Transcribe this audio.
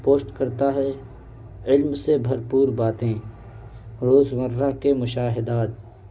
post کرتا ہے علم سے بھرپور باتیں روزمرہ کے مشاہدات